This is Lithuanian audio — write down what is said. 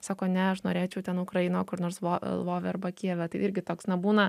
sako ne aš norėčiau ten ukrainoje kur nors lvove arba kijeve tai irgi toks na būna